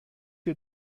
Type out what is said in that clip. est